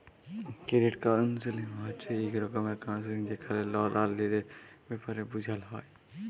credit counselling হছে ইক রকমের কাউল্সেলিং যেখালে লল আর ঋলের ব্যাপারে বুঝাল হ্যয়